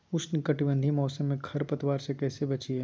उष्णकटिबंधीय मौसम में खरपतवार से कैसे बचिये?